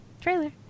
Trailer